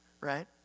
right